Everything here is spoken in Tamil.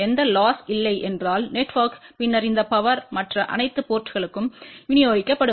எந்த லொஸ் இல்லை என்றால் நெட்வொர்க் பின்னர் இந்த பவர் மற்ற அனைத்து போர்ட்ங்களுக்கும் விநியோகிக்கப்படும்